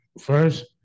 First